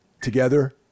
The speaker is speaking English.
together